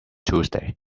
tuesday